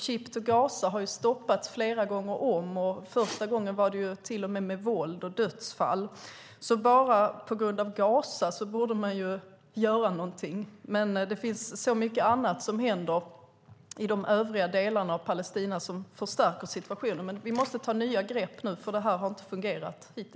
Ship to Gaza har flera gånger stoppats - första gången till och med förenat med våld och dödsfall. Bara på grund av Gaza borde man göra någonting. Men det är också så mycket annat som händer i övriga delar av Palestina och som förstärker situationen. Nu måste vi ta nya grepp, för hittills har det inte fungerat.